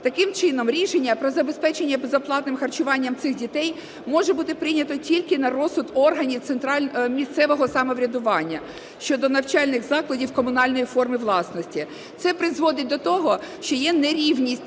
Такими чином рішення про забезпечення безоплатним харчуванням цих дітей може бути прийнято тільки на розсуд органів місцевого самоврядування щодо навчальних закладів комунальної форми власності. Це призводить до того, що є нерівність